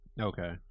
Okay